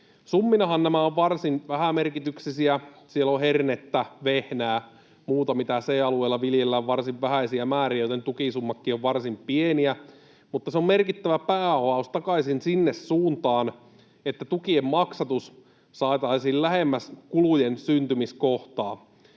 Summinahan nämä ovat varsin vähämerkityksisiä. Siellä on hernettä, vehnää ja muuta, mitä C-alueella viljellään, varsin vähäisiä määriä, joten tukisummatkin ovat varsin pieniä. Mutta se on merkittävä päänavaus takaisin sinne suuntaan, että tukien maksatus saataisiin lähemmäs kulujen syntymiskohtaa.